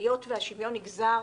היות שהשוויון נגזר